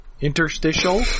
Interstitial